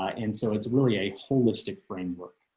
and so it's really a holistic framework.